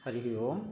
हरिः ओम्